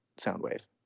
Soundwave